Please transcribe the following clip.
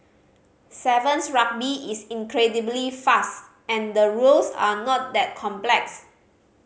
sevens Rugby is incredibly fast and the rules are not that complex